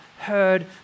heard